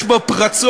יש בו פרצות